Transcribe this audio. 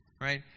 Right